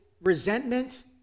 resentment